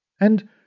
And